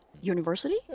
University